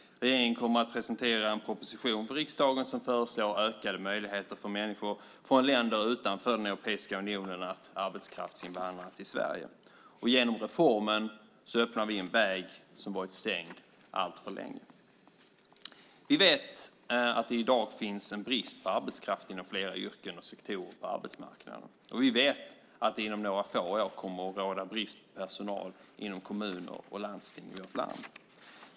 Regeringen kommer att presentera en proposition för riksdagen där det föreslås ökade möjligheter för människor från länder utanför den europeiska unionen att arbetskraftsinvandra till Sverige. Genom reformen öppnar vi en väg som varit stängd alltför länge. Vi vet att det i dag finns en brist på arbetskraft inom flera yrken och sektorer på arbetsmarknaden, och vi vet att det inom några få år kommer att råda brist på personal inom kommuner och landsting i vårt land.